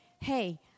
hey